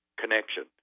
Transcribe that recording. connection